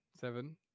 Seven